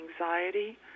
anxiety